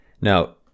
Now